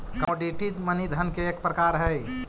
commodity money धन के एक प्रकार हई